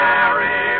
Mary